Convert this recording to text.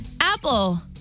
Apple